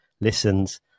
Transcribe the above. listens